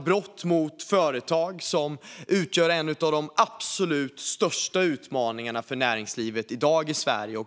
Brott mot företag utgör en av de största utmaningarna för näringslivet i dagens Sverige.